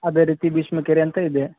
ಅದೇ ರೀತಿ ಭೀಷ್ಮ ಕೆರೆ ಅಂತ ಇದೆ